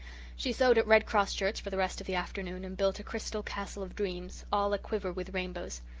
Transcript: she sewed at red cross shirts for the rest of the afternoon and built a crystal castle of dreams, all a-quiver with rainbows.